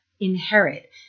inherit